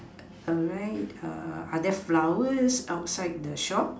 are they flowers outside the shop